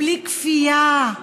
בלי כפייה,